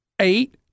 eight